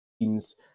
teams